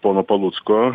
pono palucko